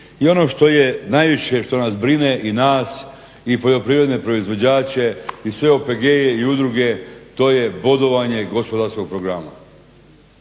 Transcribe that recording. I ono što nas najviše brine i nas i poljoprivredne proizvođače i sve OPG-e i udruge to je bodovanje gospodarskog programa.